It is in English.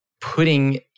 putting